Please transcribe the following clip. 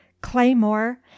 claymore